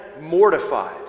mortified